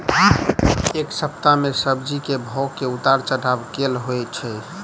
एक सप्ताह मे सब्जी केँ भाव मे उतार चढ़ाब केल होइ छै?